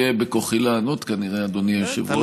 לא שיהיה בכוחי לענות, כנראה, אדוני היושב-ראש.